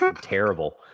terrible